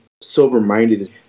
sober-minded